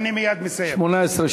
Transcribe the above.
אני מייד מסיים.